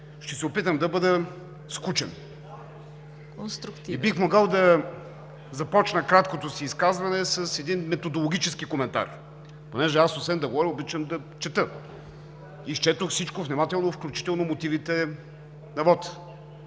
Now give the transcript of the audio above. ТОМИСЛАВ ДОНЧЕВ: Бих могъл да започна краткото си изказване с един методологически коментар. Понеже аз, освен да говоря, обичам да чета – изчетох всичко внимателно, включително мотивите на вота.